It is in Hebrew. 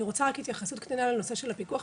אני רוצה רק התייחסות קטנה לנושא של הפיקוח,